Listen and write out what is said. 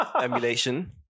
emulation